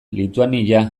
lituania